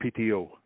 PTO